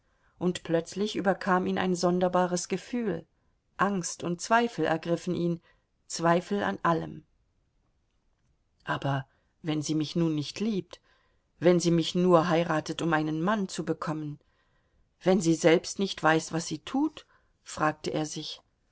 und plötzlich überkam ihn ein sonderbares gefühl angst und zweifel ergriffen ihn zweifel an allem aber wenn sie mich nun nicht liebt wenn sie mich nur heiratet um einen mann zu bekommen wenn sie selbst nicht weiß was sie tut fragte er sich